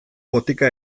botika